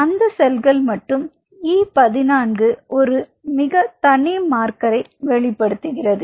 அந்த செல்கள் மட்டும் E 14 ஒரு மிக மிக தனி மார்க்கர்கரை வெளிப்படுத்துகிறது